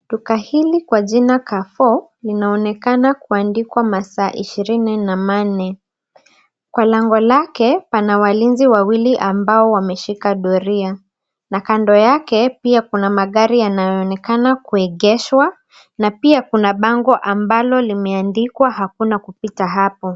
Duka hili kwa jina carrefour linaonekana kuandikwa masaa ishirini na manne. Kwa lango lake, pana walinzi wawili ambao wameshika doria na kando yake pia kuna magari yanayoonekana kuegeshwa na pia kuna bango ambalo limeandikwa "hakuna kupita hapo".